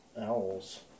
owls